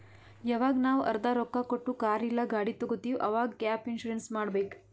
ಯವಾಗ್ ನಾವ್ ಅರ್ಧಾ ರೊಕ್ಕಾ ಕೊಟ್ಟು ಕಾರ್ ಇಲ್ಲಾ ಗಾಡಿ ತಗೊತ್ತಿವ್ ಅವಾಗ್ ಗ್ಯಾಪ್ ಇನ್ಸೂರೆನ್ಸ್ ಮಾಡಬೇಕ್